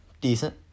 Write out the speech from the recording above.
decent